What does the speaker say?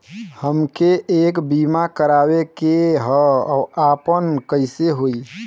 हमके एक बीमा करावे के ह आपन कईसे होई?